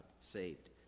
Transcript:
saved